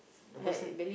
the person